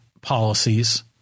policies